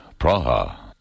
Praha